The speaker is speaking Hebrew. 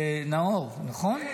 נאור, נכון,